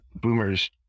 boomers